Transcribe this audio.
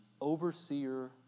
overseer